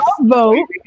vote